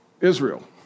Israel